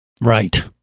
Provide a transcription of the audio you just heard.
Right